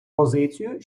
позицію